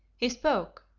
he spoke,